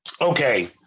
okay